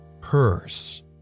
purse